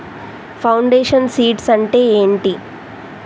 Foundation seeds అంటే ఏంటి?